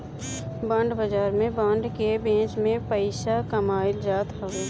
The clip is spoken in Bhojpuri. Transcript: बांड बाजार में बांड के बेच के पईसा कमाईल जात हवे